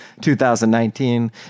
2019